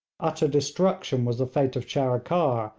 utter destruction was the fate of charikar,